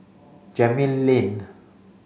Gemmill Lane